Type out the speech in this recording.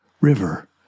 river